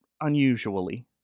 unusually